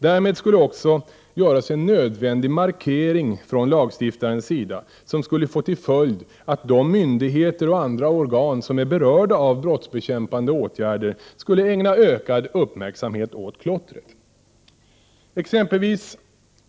Därmed skulle också göras en nödvändig markering från lagstiftarens sida som skulle få till följd att de myndigheter och andra organ som är berörda av brottsbekämpande åtgärder skulle ägna ökad uppmärksamhet åt klottret.